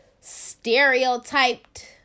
stereotyped